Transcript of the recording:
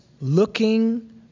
looking